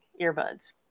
earbuds